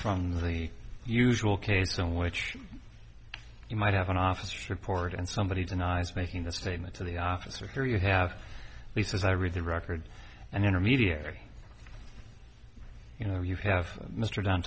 from the usual case in which you might have an officer port and somebody denies making a statement to the officer here you have at least as i read the record and intermediary you know you have mr d